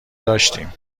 داشتیم